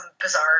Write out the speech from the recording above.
bizarre